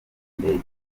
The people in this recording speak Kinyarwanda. indege